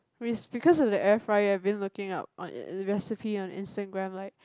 it's because of the air fryer been looking out on the recipe on Instagram like